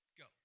go